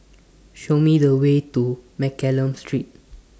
Show Me The Way to Mccallum Street